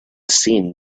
seemed